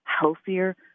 healthier